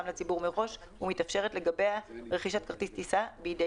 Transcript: לציבור מראש ומתאפשרת לגביה רכישת כרטיס טיסה בידי